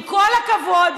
עם כל הכבוד,